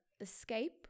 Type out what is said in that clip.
escape